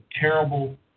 terrible